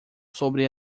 sobre